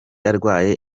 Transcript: arwaye